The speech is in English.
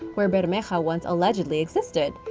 where bermeja once allegedly existed.